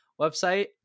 website